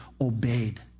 obeyed